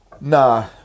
Nah